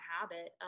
habit